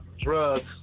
drugs